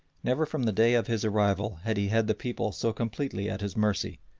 never from the day of his arrival had he had the people so completely at his mercy,